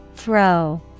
Throw